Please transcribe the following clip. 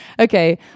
Okay